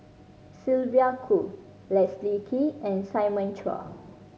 Sylvia Kho Leslie Kee and Simon Chua